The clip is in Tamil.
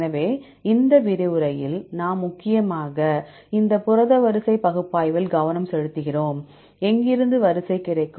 எனவே இந்த விரிவுரையில் நாம் முக்கியமாக இந்த புரத வரிசை பகுப்பாய்வில் கவனம் செலுத்துகிறோம் எங்கிருந்து வரிசை கிடைக்கும்